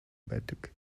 байдаг